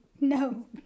No